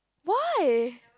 why